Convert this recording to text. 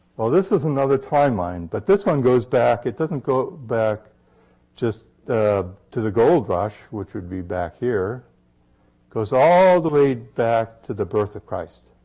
well, this is another timeline, but this one goes back it doesn't go back just to the gold rush, which would be back here. it goes all the way back to the birth of christ.